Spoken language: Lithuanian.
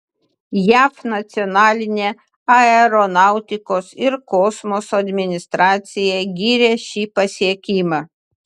jav nacionalinė aeronautikos ir kosmoso administracija gyrė šį pasiekimą